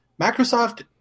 Microsoft